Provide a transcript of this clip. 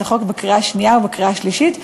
החוק בקריאה השנייה ובקריאה השלישית,